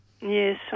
Yes